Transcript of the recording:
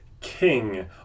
king